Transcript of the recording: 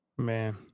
Man